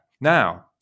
Now